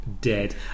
dead